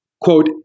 quote